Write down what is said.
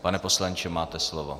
Pane poslanče, máte slovo.